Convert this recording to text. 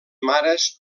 mares